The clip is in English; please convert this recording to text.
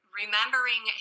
remembering